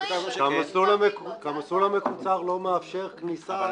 כי המסלול המקוצר לא מאפשר כניסה של אנשים מהסוג הזה.